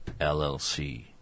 LLC